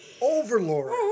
Overlord